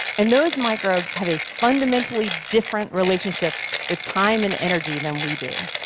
and those microbes have a fundamentally different relationship with time and energy than we do.